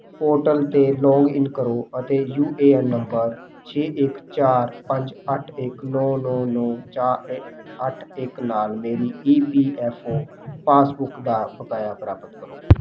portal 'ਤੇ login ਕਰੋ ਅਤੇ ਯੂ ਏ ਐੱਨ ਨੰਬਰ ਛੇ ਇੱਕ ਚਾਰ ਪੰਜ ਅੱਠ ਇੱਕ ਨੌਂ ਨੌਂ ਨੌਂ ਚਾਰ ਅੱਠ ਇੱਕ ਨਾਲ ਮੇਰੀ E P F O passbook ਦਾ ਬਕਾਇਆ ਪ੍ਰਾਪਤ ਕਰੋ